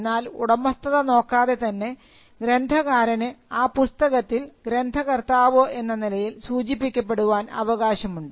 എന്നാൽ ഉടമസ്ഥത നോക്കാതെ തന്നെ ഗ്രന്ഥകാരന് ആ പുസ്തകത്തിൽ ഗ്രന്ഥകർത്താവ് എന്ന നിലയിൽ സൂചിപ്പിക്കപ്പെടാൻ അവകാശമുണ്ട്